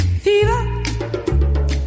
Fever